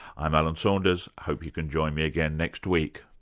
i'm alan saunders, hope you can join me again next week